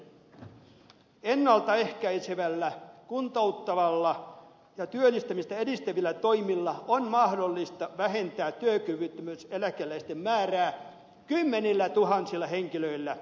ennalta ehkäisevällä kuntouttavalla ja työllistämistä edistävillä toimilla on mahdollista vähentää työkyvyttömyyseläkeläisten määrä kymmenillä tuhansilla henkilöillä